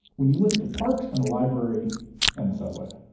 when you look at the parks and the library and the subway,